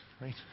Right